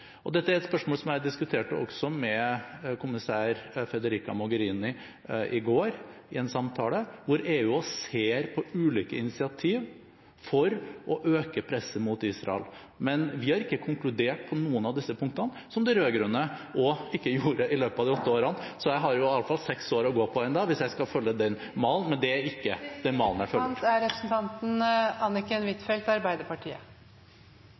Dette er et spørsmål som jeg diskuterte også med kommissær Frederica Mogherini i går i en samtale. Også EU ser på ulike initiativ for å øke presset mot Israel. Vi har ikke konkludert på noen av disse punktene – noe heller ikke de rød-grønne gjorde i løpet av de åtte årene. Så jeg har iallfall seks år å gå på ennå, hvis jeg skal følge den malen – men det er ikke